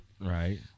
Right